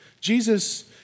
Jesus